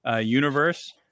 universe